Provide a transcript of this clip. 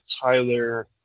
Tyler